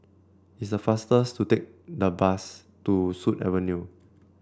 is the fastest to take the bus to Sut Avenue